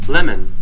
Lemon